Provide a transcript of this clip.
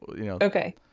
Okay